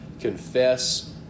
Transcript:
confess